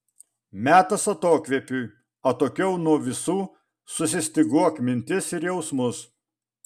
metas atokvėpiui atokiau nuo visų susistyguok mintis ir jausmus